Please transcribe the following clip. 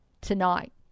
tonight